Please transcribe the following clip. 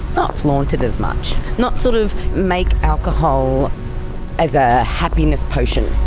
not flaunt it as much. not sort of make alcohol as a happiness potion.